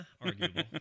arguable